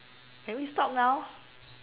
can we stop now